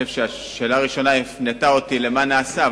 חושב שבשאלה הראשונה הפנית אותי למה נעשה,